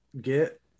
Get